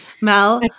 Mel